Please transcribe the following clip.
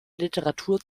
literatur